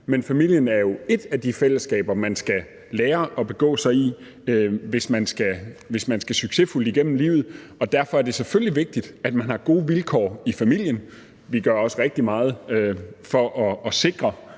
men familien er jo ét af de fællesskaber, man skal lære at begå sig i, hvis man skal succesfuldt igennem livet. Derfor er det selvfølgelig vigtigt, at man har gode vilkår i familien, og vi gør også rigtig meget for at sikre,